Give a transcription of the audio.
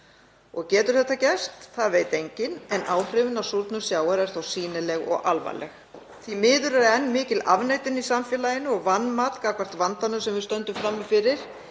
Getur þetta gerst? Það veit enginn en áhrifin af súrnun sjávar eru þó sýnileg og alvarleg. Því miður er enn mikil afneitun í samfélaginu og vanmat gagnvart vandanum sem við stöndum frammi fyrir.